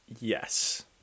Yes